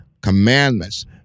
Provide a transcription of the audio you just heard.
commandments